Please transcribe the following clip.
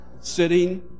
sitting